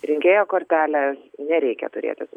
rinkėjo kortelės nereikia turėti su savimi